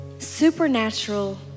supernatural